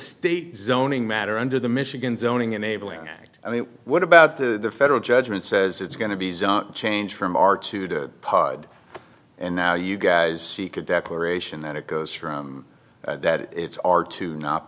zoning matter under the michigan zoning enabling act i mean what about the federal judgment says it's going to be a change from our to the pod and now you guys seek a declaration that it goes from that it's our to not